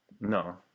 No